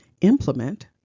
Implement